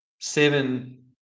seven